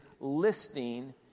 listing